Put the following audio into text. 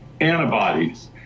antibodies